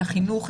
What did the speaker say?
את החינוך,